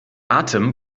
atem